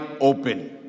open